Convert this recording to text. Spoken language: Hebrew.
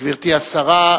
גברתי השרה,